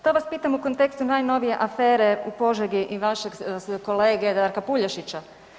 To vas pitam u kontekstu najnovije afere u Požegi i vašeg kolege Darka Puljašića.